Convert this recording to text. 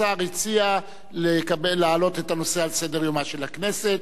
השר הציע להעלות את הנושא על סדר-יומה של הכנסת,